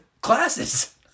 classes